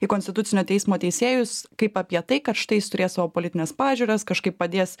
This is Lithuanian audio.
į konstitucinio teismo teisėjus kaip apie tai kad štai jis turės savo politines pažiūras kažkaip padės